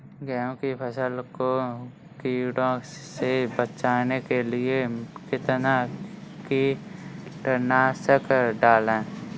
गेहूँ की फसल को कीड़ों से बचाने के लिए कितना कीटनाशक डालें?